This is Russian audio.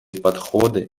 подходы